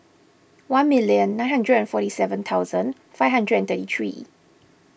one million nine hundred and forty seven thousand five hundred and thirty three